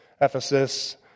Ephesus